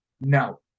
no